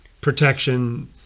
protection